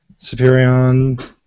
Superion